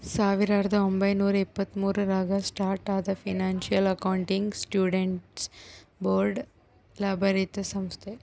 ಸಾವಿರದ ಒಂಬೈನೂರ ಎಪ್ಪತ್ತ್ಮೂರು ರಾಗ ಸ್ಟಾರ್ಟ್ ಆದ ಫೈನಾನ್ಸಿಯಲ್ ಅಕೌಂಟಿಂಗ್ ಸ್ಟ್ಯಾಂಡರ್ಡ್ಸ್ ಬೋರ್ಡ್ ಲಾಭರಹಿತ ಸಂಸ್ಥೆ